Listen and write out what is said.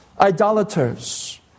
idolaters